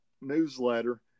newsletter